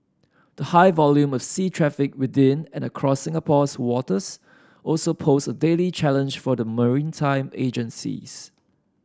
the high volume of sea traffic within and across Singapore's waters also pose a daily challenge for the maritime agencies